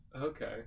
Okay